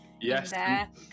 Yes